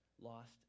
lost